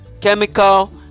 chemical